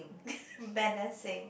menacing